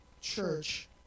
church